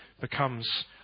becomes